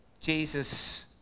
Jesus